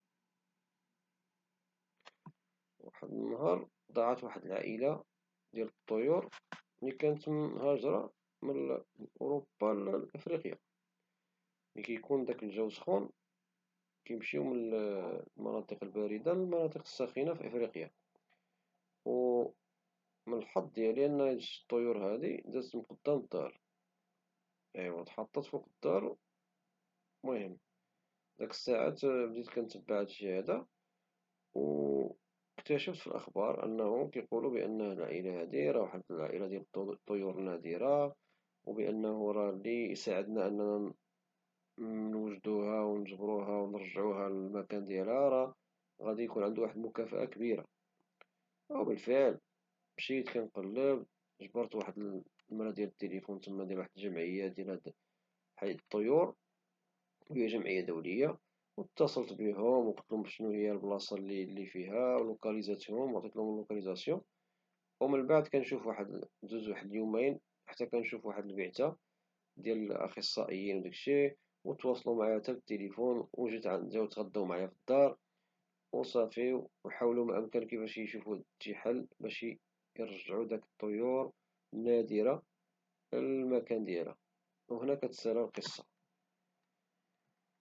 واحد النهار ضاعت واحد العائلة ديال الطيور المهاجرة من اوروبا لافريقيا ملي كيكون جاك الجو سخون كيمشيو من المناطق الباردة للمناطق الساخنة في افريقيا ومن حظ ديالي شت الطيور هاذي دازت قدام الدار وحطت فوق الدار المهم داك الساعة بديت كتبع هاد الشي هذا واكتشفت في الاخبار انه كيقولو بان هذا الى هذه العائلة ديال الطيور النادرة وبانه راه اللي يساعدنا اننا نوجدها ونجبرها ونرجعها للمكان ديالها راه غادي يكون عندو واحد مكافأة كبيرة وبالفعل مشيت كنقلب جبرت واحد النمرة ديال التيليفون تما ديال واحد الجمعية ديال هاذ الطيور وهي جمعية دولية واتصلت بهم وقلتلهم بشنو هي البلاصة لي فيها وعطيتهم لوكاليزاسيون كنشوف ومن بعد دوز واحد واحد اليومين حتى كنشوف واحد البعثة ديال الاخصائيين وداكشي وتواصلوا معي بالتليفون وجيت عندهم وتغداو معايا في الدار وصافي وحاولو ما امكن كيفاش يشوفو شي حل باش يرجعو داك الطيور النادرة للمكان ديالها وهنا كتسالا القصة